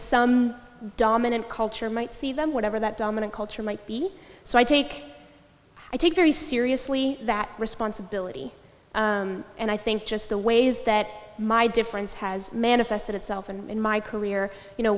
some dominant culture might see them whatever that dominant culture might be so i take i take very seriously that responsibility and i think just the ways that my difference has manifested itself and in my career you know